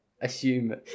assume